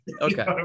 okay